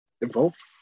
involved